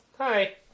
Hi